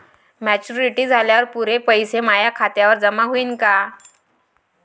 Maturity झाल्यावर पुरे पैसे माया खात्यावर जमा होईन का?